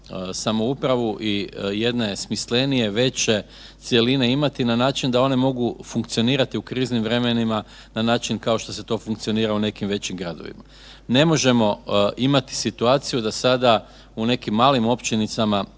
samoupravo i jedna je smislenije, veće cjeline imati na način da one mogu funkcionirati u kriznim vremenima na način kao što se to funkcionira u nekim većim gradovima. Ne možemo imati situaciju da sada u nekim malim općinicama